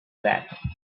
that